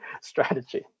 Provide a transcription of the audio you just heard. strategy